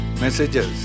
messages